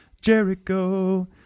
Jericho